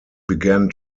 began